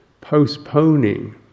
postponing